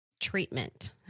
Treatment